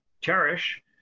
cherish